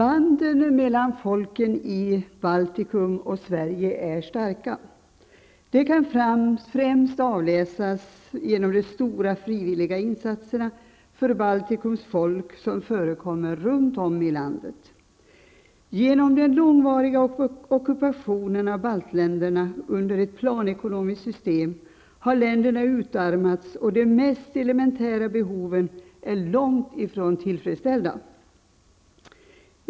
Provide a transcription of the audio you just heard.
Fru talman! Banden mellan Baltikum och Sverige är starka. Det kan främst avläsas genom de stora frivilliga insatserna för Baltikums folk, insatser som görs runt om i vårt land. På grund av den långvariga ockupationen av baltländerna under ett planekonomiskt system har länderna utarmats, och de mest elementära behoven är långt ifrån tillfredsställda.